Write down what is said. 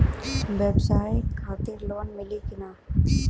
ब्यवसाय खातिर लोन मिली कि ना?